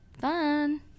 fun